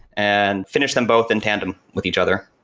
and finished them both in tandem with each other.